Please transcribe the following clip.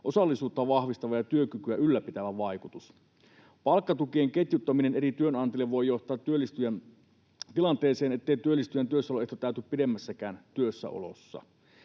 osallisuutta vahvistava ja työkykyä ylläpitävä vaikutus. Palkkatukien ketjuttaminen eri työnantajille voi johtaa tilanteeseen, ettei työllistyjän työssäoloehto täyty pidemmässäkään työssäolossa.